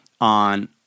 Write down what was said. on